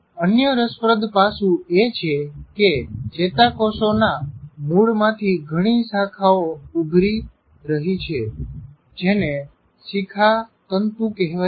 અન્ય રસપ્રદ પાસું એ છે કે ચેતા કોષોના મૂળમાંથી ઘણી શાખાઓ ઉભરી રહી છે જેને શિખાતંતું કેહવાય છે